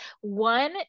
one